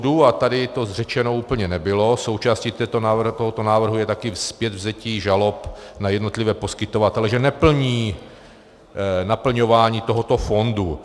A tady to řečeno úplně nebylo, součástí tohoto návrhu je taky zpětvzetí žalob na jednotlivé poskytovatele, že neplní naplňování tohoto fondu.